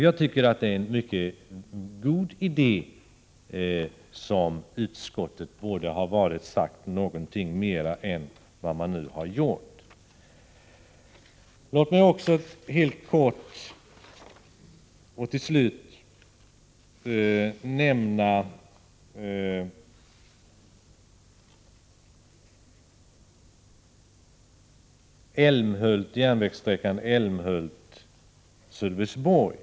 Jag tycker att det här är en mycket god idé, som utskottet borde ha sagt något mera om. Låt mig också helt kortfattat och till slut nämna järnvägssträckan Älmhult-Sölvesborg.